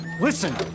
Listen